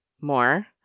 more